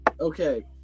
okay